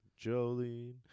Jolene